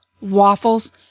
waffles